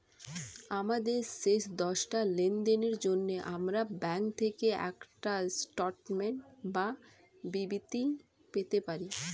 আমাদের শেষ দশটা লেনদেনের জন্য আমরা ব্যাংক থেকে একটা স্টেটমেন্ট বা বিবৃতি পেতে পারি